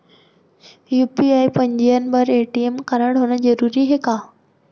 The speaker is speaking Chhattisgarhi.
यू.पी.आई पंजीयन बर ए.टी.एम कारडहोना जरूरी हे का?